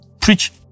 preach